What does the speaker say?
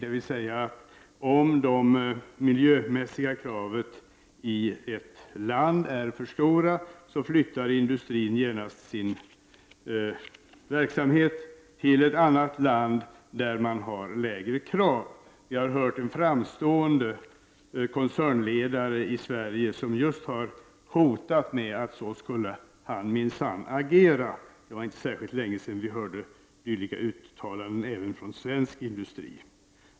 Det betyder att om de miljömässiga kraven i ett land är för stora flyttar industrin genast sin verksamhet till ett annat land där det är lägre krav. Vi har hört en framstående koncernledare i Sverige som just har hotat med att så skulle han minsann agera. Det är inte särskilt länge sedan man hörde dylika uttalanden även från svensk industri.